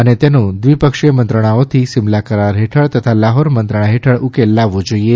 અને તેનો દ્વિપક્ષી મંત્રણાઓથી સિમલા કરાર હેઠળ તથા લાહોર મંત્રણા હેઠળ ઉકેલ લાવવો જોઈએ